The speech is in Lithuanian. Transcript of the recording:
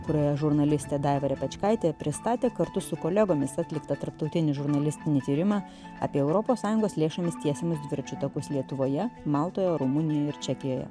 praėjo žurnalistė daiva repečkaitė pristatė kartu su kolegomis atliktą tarptautinį žurnalistinį tyrimą apie europos sąjungos lėšomis tiesiamas dviračių takus lietuvoje maltoje rumunijoje ir čekijoje